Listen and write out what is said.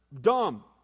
dumb